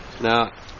Now